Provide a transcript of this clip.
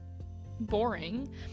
boring